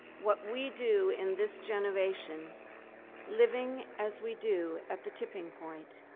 what we do in this generation living as we do at the tipping point